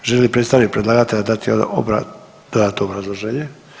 Želi li predstavnik predlagatelja dati dodatno obrazloženje?